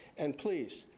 and please,